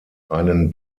einen